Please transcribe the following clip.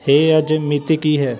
ਹੇ ਅੱਜ ਮਿਤੀ ਕੀ ਹੈ